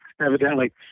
evidently